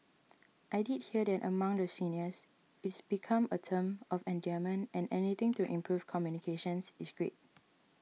I did hear that among the seniors it's become a term of endearment and anything to improve communications is great